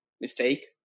mistake